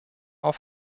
auf